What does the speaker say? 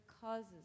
causes